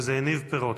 וזה הניב פירות,